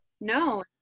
No